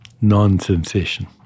non-sensation